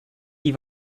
die